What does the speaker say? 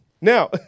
Now